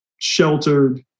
sheltered